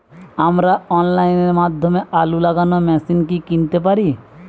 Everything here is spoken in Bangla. আমরা অনলাইনের মাধ্যমে আলু লাগানো মেশিন কি কিনতে পারি?